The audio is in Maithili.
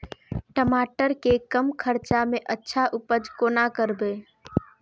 टमाटर के कम खर्चा में अच्छा उपज कोना करबे?